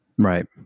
Right